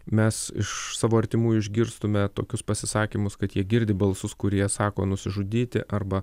mes iš savo artimųjų išgirstume tokius pasisakymus kad jie girdi balsus kurie sako nusižudyti arba